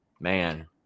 Man